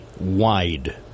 wide